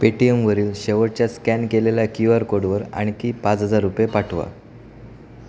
पेटीएमवरील शेवटच्या स्कॅन केलेल्या Q R कोडवर आणखी पाच हजार रुपये पाठवा